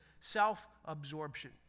self-absorption